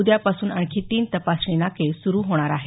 उद्यापासून आणखी तीन तपासणी नाके सुरू होणार आहेत